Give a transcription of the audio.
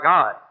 God